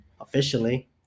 officially